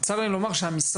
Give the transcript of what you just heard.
צר לי לומר שהמשרד,